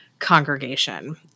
congregation